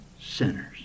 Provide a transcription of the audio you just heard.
sinners